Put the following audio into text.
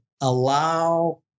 allow